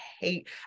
hate